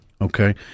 Okay